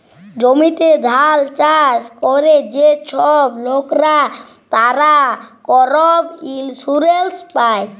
জমিতে ধাল চাষ ক্যরে যে ছব লকরা, তারা করপ ইলসুরেলস পায়